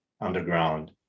underground